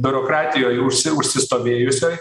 biurokratijoj už užsistovėjusioj